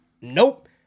nope